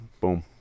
Boom